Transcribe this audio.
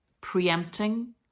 preempting